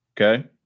okay